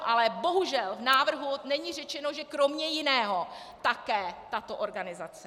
Ale bohužel, v návrhu není řečeno, že kromě jiného také tato organizace.